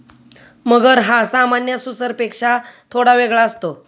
मगर हा सामान्य सुसरपेक्षा थोडा वेगळा असतो